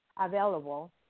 available